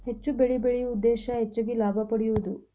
ಹೆಚ್ಚು ಬೆಳಿ ಬೆಳಿಯು ಉದ್ದೇಶಾ ಹೆಚಗಿ ಲಾಭಾ ಪಡಿಯುದು